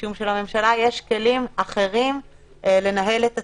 משום שלממשלה יש כלים אחרים לנהל את עצמה.